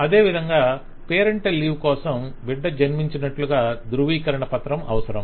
అదేవిధంగా parental leave కోసం బిడ్డ జన్మించినట్లుగా ధృవీకరణ పత్రం అవసరం